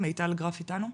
מיטל גרף איתנו?